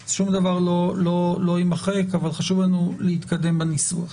אז שום דבר לא יימחק אבל חשוב לנו להתקדם בניסוח.